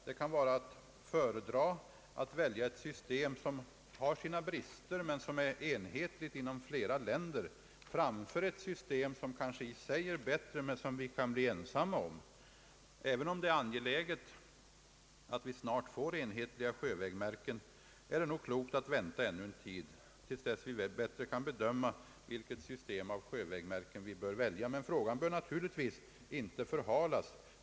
Det kan vara att föredraga att välja ett system, som har sina brister men som är enhetligt inom flera länder, framför ett system, som kanske i sig är bättre men som vi kan bli ensamma om. Även om det är angeläget att vi snart får enhetliga sjövägmärken, är det nog klokt att vänta ännu en tid tills vi bättre kan bedöma vilket system av sjövägmärken vi bör välja. Men frågan bör naturligtvis inte förhalas.